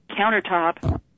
countertop